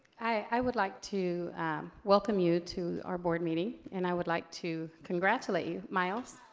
i would like to welcome you to our board meeting and i would like to congratulate you. miles?